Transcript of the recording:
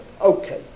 Okay